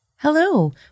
Hello